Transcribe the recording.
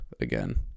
again